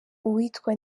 uwitwa